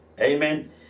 Amen